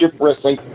Wrestling